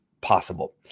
possible